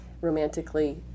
romantically